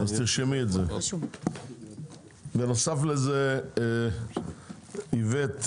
בנוסף לזה, איווט,